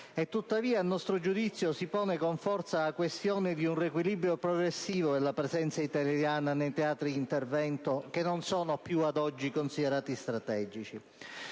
Tuttavia, a nostro giudizio, si pone con forza la questione di un riequilibrio progressivo della presenza italiana nei teatri di intervento, che ad oggi non sono più considerati strategici.